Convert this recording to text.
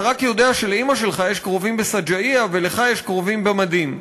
אתה רק יודע שלאימא שלך יש קרובים בשג'אעיה ולך יש קרובים במדים.